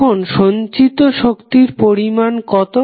এখন সঞ্চিত শক্তির পরিমাণ কত